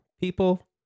people